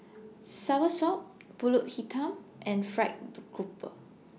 Soursop Pulut Hitam and Fried Grouper